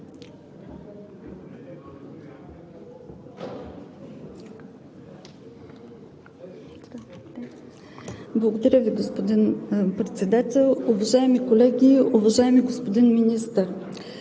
Благодаря Ви, господин Председател. Уважаеми колеги, уважаеми господин Министър!